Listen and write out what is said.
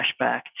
flashback